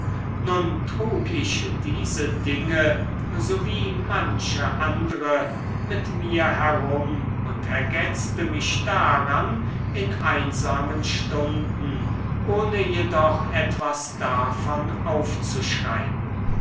nun trug ich diese dinge sowie manche andre mit mir herum und ergetzte mich daran in einsamen stunden ohne jedoch etwas davon aufzuschreiben